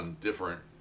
different